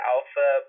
Alpha